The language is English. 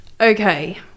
Okay